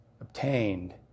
obtained